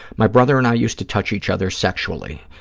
my brother and i used to touch each other sexually.